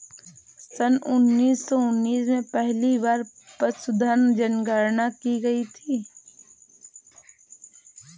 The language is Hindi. सन उन्नीस सौ उन्नीस में पहली बार पशुधन जनगणना की गई थी